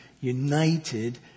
united